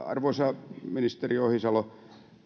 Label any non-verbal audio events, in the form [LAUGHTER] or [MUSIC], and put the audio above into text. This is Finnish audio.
[UNINTELLIGIBLE] arvoisa ministeri ohisalo minä